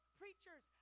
preachers